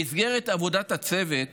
במסגרת עבודת הצוות